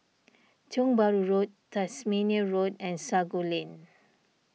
Tiong Bahru Road Tasmania Road and Sago Lane